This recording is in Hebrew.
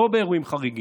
לא באירועים חריגים,